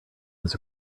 this